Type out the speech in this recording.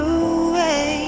away